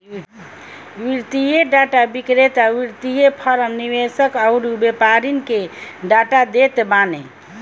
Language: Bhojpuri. वित्तीय डाटा विक्रेता वित्तीय फ़रम, निवेशक अउरी व्यापारिन के डाटा देत बाने